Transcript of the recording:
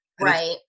Right